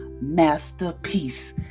masterpiece